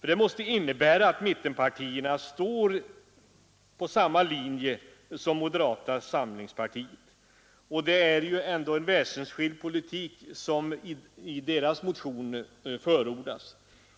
Det måste innebära att mittenpartierna går på samma linje som det moderata samlingspartiet, som ju ändå förordar en väsensskild politik i sin motion.